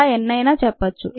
అలా ఎన్నైనా చెప్పొచ్చు